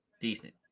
decent